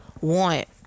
want